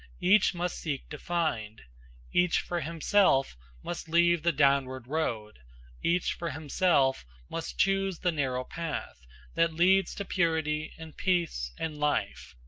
each must seek to find each for himself must leave the downward road each for himself must choose the narrow path that leads to purity and peace and life.